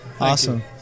Awesome